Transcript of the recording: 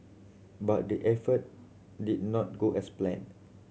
but the effort did not go as planned